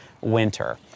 winter